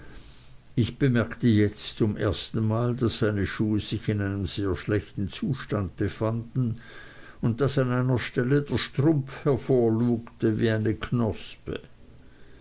ich bemerkte jetzt zum erstenmal daß seine schuhe sich in einem sehr schlechten zustand befanden und daß an einer stelle der strumpf hervorlugte wie eine knospe